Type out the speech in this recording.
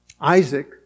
Isaac